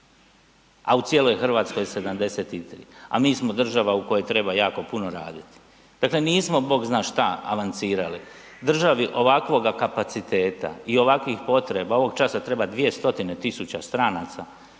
a u cijeloj Hrvatskoj 73, a mi smo država u kojoj treba jako puno raditi, dakle nismo bog zna šta avancirali. Državi ovakvoga kapaciteta i ovakvih potreba ovog časa treba 200.000 stranaca